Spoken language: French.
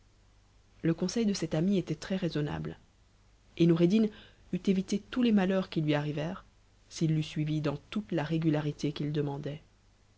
le conseil de cet ami était très-raisonnable et noureddin eût évité tous les malheurs qui lui arrivèrent s'il l'eût suivi dans toute la régularité qu'it demandait